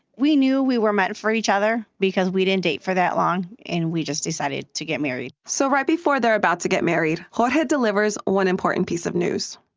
we knew we were meant for each other because we didn't date for that long, and we just decided to get married so right before they're about to get married, jorge delivers one important piece of news.